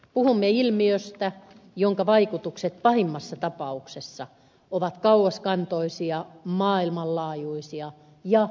puhumme ilmiöstä jonka vaikutukset pahimmassa tapauksessa ovat kauaskantoisia maailmanlaajuisia ja peruuttamattomia